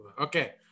Okay